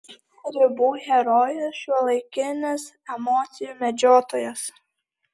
ribų herojus šiuolaikinis emocijų medžiotojas